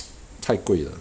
太贵了